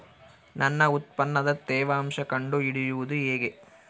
ನನ್ನ ಉತ್ಪನ್ನದ ತೇವಾಂಶ ಕಂಡು ಹಿಡಿಯುವುದು ಹೇಗೆ?